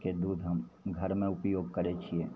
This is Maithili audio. के दूध हम घरमे उपयोग करै छिए